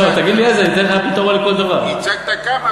תגיד לי איזו, אני אתן לך פתרון לכל דבר.